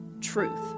truth